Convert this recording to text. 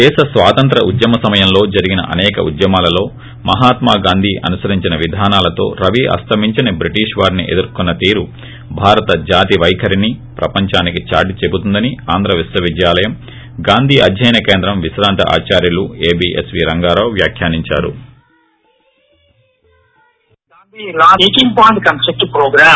దేశ స్వాతంత్ర ఉద్యమ సమయంలో జరిగిన అనేక ఉద్యమాలలో మహాత్మా గాంధీ అనుసరించిన విధానాలతో రవి అస్తమించని బ్రిటిష్ వారినీ ఎదుర్కొన్న తీరు భారత జాతి పైఖరిని ప్రపంచానికి చాటి చెబుతుందని ఆంధ్ర విశ్వ విద్యాలయం గాంధీ అధ్యయన కేంద్రం ఆచార్యుడు ఏబిఎస్వీ రంగారావు వ్యాఖ్యానించారు